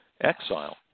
exile